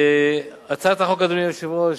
הצעת החוק, אדוני היושב-ראש,